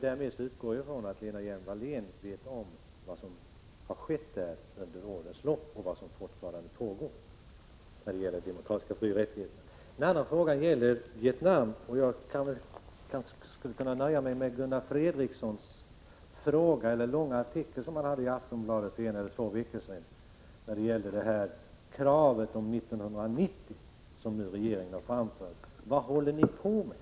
Jag utgår från att Lena Hjelm-Wallén vet om vad som har skett i Kenya under årens lopp och vad som fortfarande pågår där när det gäller demokratiska frioch rättigheter. Min andra fråga gäller Vietnam, och jag skulle kunna nöja mig med att återge den fråga som Gunnar Fredriksson framförde i en lång artikel i Aftonbladet för en eller två veckor sedan beträffande det krav om ett tillbakadragande av trupperna till 1990 som regeringen har framfört. Vad håller ni på med?